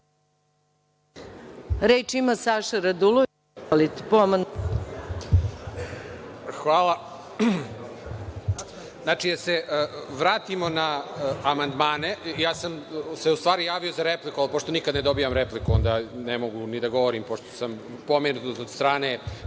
**Saša Radulović** Hvala. Da se vratimo na amandmane, ja sam se u stvari javio za repliku, ali pošto nikad ne dobijam repliku onda ne mogu ni da govorim pošto sam pomenut od strane